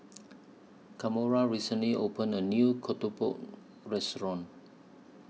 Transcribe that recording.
Kamora recently opened A New Restaurant